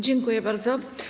Dziękuję bardzo.